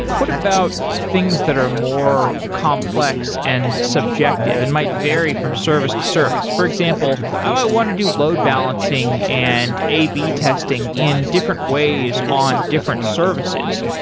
what about things that are more complex and subjective? it and might vary from service to service. for example, i want to do load balancing and ab testing in different ways on different services.